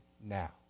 now